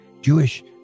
Jewish